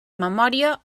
memòria